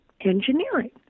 engineering